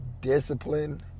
Discipline